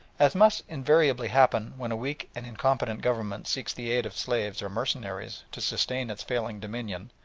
as must invariably happen when a weak and incompetent government seeks the aid of slaves or mercenaries to sustain its failing dominion,